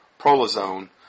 prolozone